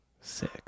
sick